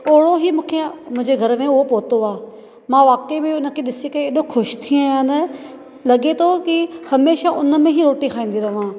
ओहिड़ो ई मूंखे मुंहिंजे घर में उहो पहुतो आहे मां वाकई में उन खे ॾिसी करे एॾो ख़ुशि थी आहियां न लॻे थो की हमेशह उन में ई रोटी खाईंदी रहां